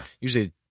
usually